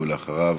ואחריו,